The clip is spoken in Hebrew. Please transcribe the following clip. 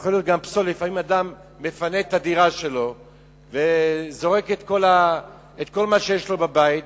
לפעמים אדם מפנה את הדירה שלו וזורק את כל מה שיש לו בבית,